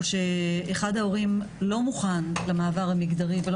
או שאחד ההורים לא מוכן למעבר המגדרי ולא